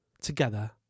together